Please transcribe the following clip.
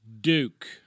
Duke